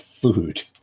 food